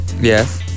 Yes